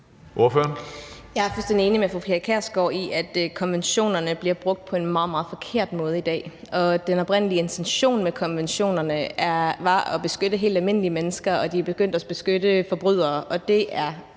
Jeg er fuldstændig enig med fru Pia Kjærsgaard i, at konventionerne bliver brugt på en meget, meget forkert måde i dag. Den oprindelige intention med konventionerne var at beskytte helt almindelige mennesker, og de er begyndt at beskytte forbrydere.